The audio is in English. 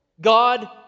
God